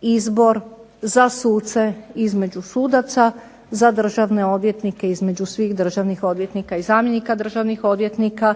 izbor za suce između sudaca, za državne odvjetnike između svih državnih odvjetnika i zamjenika državnih odvjetnika